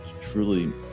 truly